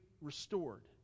restored